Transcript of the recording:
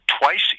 twice